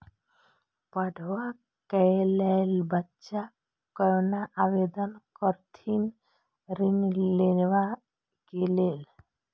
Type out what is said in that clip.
पढ़वा कै लैल बच्चा कैना आवेदन करथिन ऋण लेवा के लेल?